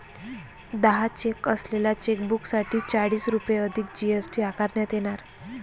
दहा चेक असलेल्या चेकबुकसाठी चाळीस रुपये अधिक जी.एस.टी आकारण्यात येणार